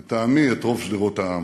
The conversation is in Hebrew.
לטעמי, את רוב שדרות העם,